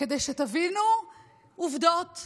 כדי שתבינו עובדות.